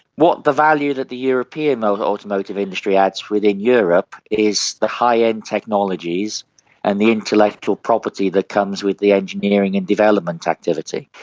what the value that the european ah automotive industry adds within europe is the high-end technologies and the intellectual property that comes with the engineering and development activity.